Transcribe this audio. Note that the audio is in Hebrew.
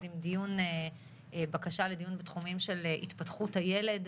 עם בקשה לדיון בתחומים של התפתחות הילד,